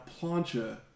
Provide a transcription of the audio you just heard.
plancha